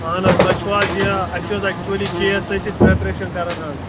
اہَن حظ تۄہہِ چھِوا حظ یہِ اَسہِ ٲس ایٚکچُؤلی کے اے ایسٕچ پرٛیپرٛیشَن کَران حظ